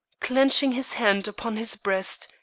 clenching his hand upon his breast,